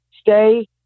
stay